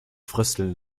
frösteln